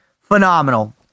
phenomenal